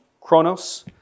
chronos